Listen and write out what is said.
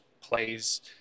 plays